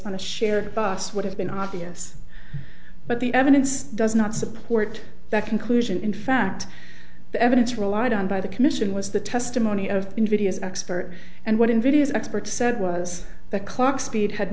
on a shared bus would have been obvious but the evidence does not support that conclusion in fact the evidence relied on by the commission was the testimony of invidious expert and what invidious experts said was that clock speed had